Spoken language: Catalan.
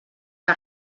que